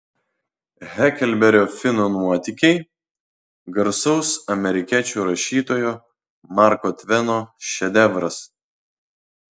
heklberio fino nuotykiai garsaus amerikiečių rašytojo marko tveno šedevras